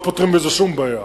לא פותרים בזה שום בעיה.